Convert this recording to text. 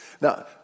Now